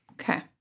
Okay